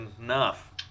enough